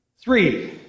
Three